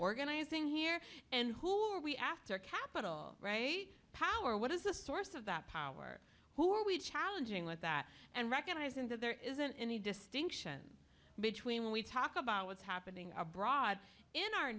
organizing here and who are we after capital power what is the source of that power who are we challenging with that and recognizing that there isn't any distinction between when we talk about what's happening abroad in our